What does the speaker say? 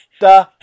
Da